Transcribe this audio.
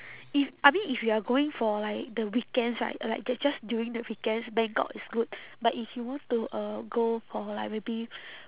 if I mean if you are going for like the weekends right like j~ just during the weekends bangkok is good but if you want to uh go for like maybe